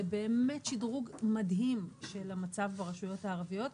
זה באמת שדרוג מדהים של המצב ברשויות הערביות.